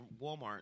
Walmart